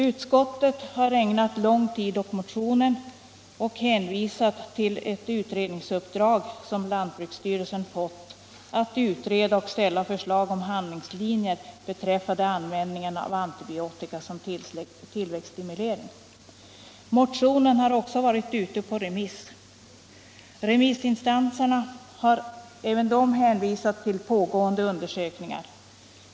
Utskottet har ägnat lång tid åt motionen och hänvisar till ett uppdrag som lantbruksstyrelsen fått att utreda frågan och ställa förslag om handlingslinjer beträffande användningen av antibiotika för tillväxtstimulering. Motionen har också varit ute på remiss. Remissinstanserna har även de hänvisat till pågående undersökningar.